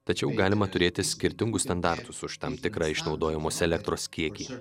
tačiau galima turėti skirtingus standartus už tam tikrą išnaudojamos elektros kiekį